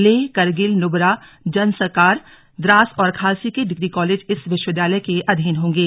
लेह करगिल नुबरा जंसकार द्रास और खालसी के degree college इस विश्वविद्यालय के अधीन होंगे